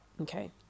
Okay